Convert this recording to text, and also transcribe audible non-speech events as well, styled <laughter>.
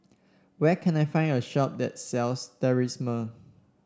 where can I find a shop that sells <unintelligible>